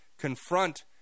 confront